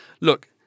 Look